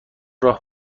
راه